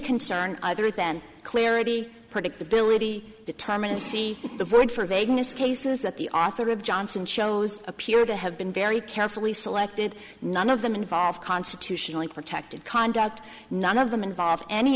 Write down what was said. concern other than clarity predictability determinacy the verge for vagueness cases that the author of johnson shows appear to have been very carefully selected none of them involve constitutionally protected conduct none of them involve any